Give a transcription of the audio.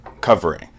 covering